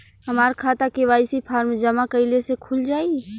हमार खाता KYC form जमा कइले से खुल जाई?